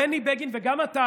בני בגין וגם אתה,